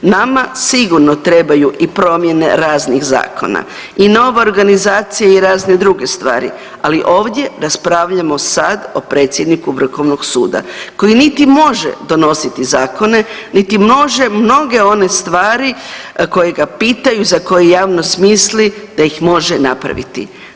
Nama sigurno trebaju i promijene raznih zakona i nova organizacija i razne druge stvari, ali ovdje raspravljamo sad o predsjedniku vrhovnog suda koji niti može donositi zakone, niti može mnoge one stvari koje ga pitaju, za koje javnost misli da ih može napraviti.